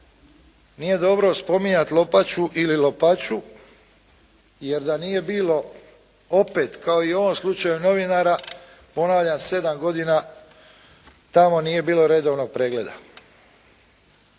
Nije dobro spominjati Lopaču ili Lopaču jer da nije bilo opet kao i u ovom slučaju novinara, ponavljam sedam godina tamo nije bilo redovnog pregleda.